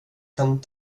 kan